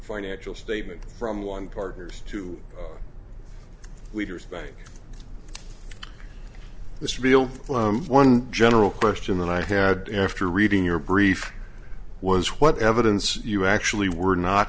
financial statements from one partners to leaders bank this real one general question that i had after reading your brief was what evidence you actually were not